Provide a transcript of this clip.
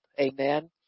Amen